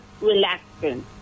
relaxing